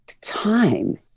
time